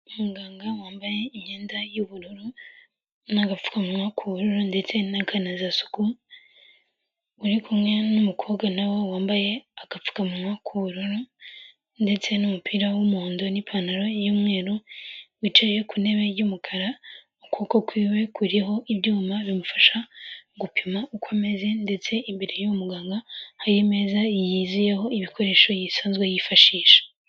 Umuganga wambaye imyenda y'ubururu n'agapfukanwa k'ubururu ndetse naganazasuku, uri kumwe n'umukobwa nawe wambaye agapfukamunwa k'ubururu ndetse n'umupira w'umuhondo n'ipantaro y'umweru wicaye ku ntebe yumukara. Ukuboko kwiwe kuriho ibyuma bimufasha gupima uko ameze ndetse imbere y'umuganga hari meza yizuyeho ibikoresho yisanzwe yifashisha.